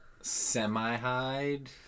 semi-hide